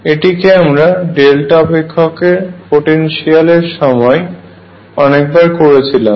এটিকে আমরা ডেল্টা অপেক্ষক পোটেনশিয়াল এর সময় অনেকবার করেছিলাম